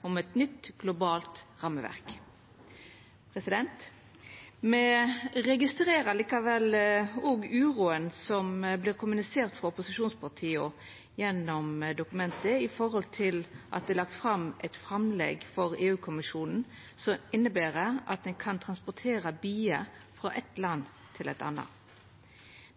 om eit nytt globalt rammeverk. Me registrerer likevel uroa som vert kommunisert frå opposisjonspartia gjennom dokumentet når det gjeld at det er lagt fram eit framlegg for EU-kommisjonen som inneber at ein kan transportera bier frå eitt land til eit anna.